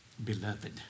Beloved